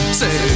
say